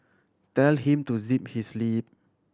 tell him to zip his lip